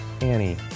Annie